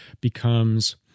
becomes